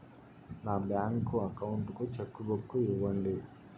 నా bank account కు cheque book ఇవ్వండి